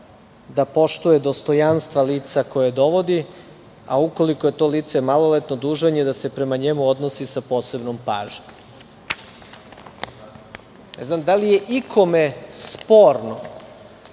da poštuje dostojanstva lica koja dovodi, a ukoliko je to lice maloletno, dužan je da se prema njemu odnosi sa posebnom pažnjom. Ne znam da li je ikome sporno